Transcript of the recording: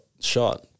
shot